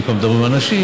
אם כבר מדברים על נשים,